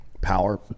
power